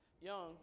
young